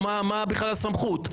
מהי בכלל הסמכות.